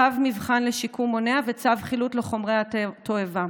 צו מבחן לשיקום מונע וצו חילוט לחומרי התועבה.